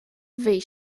bhí